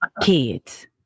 Kids